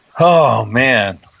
oh man.